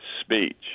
speech